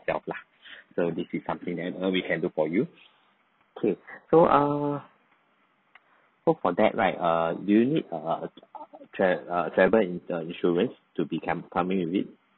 yourself lah so this is something that we can do for you okay so uh so for that right err do you need err tra~ err travel insurance to be com~ coming with it